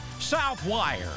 Southwire